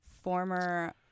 former